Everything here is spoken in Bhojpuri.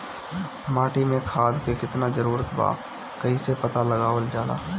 माटी मे खाद के कितना जरूरत बा कइसे पता लगावल जाला?